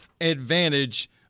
advantage